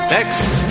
Next